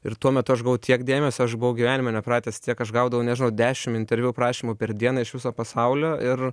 ir tuo metu aš gavau tiek dėmesio aš buvau gyvenime nepratęs tiek aš gaudavau nežinau dešim interviu prašymų per dieną iš viso pasaulio ir